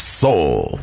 soul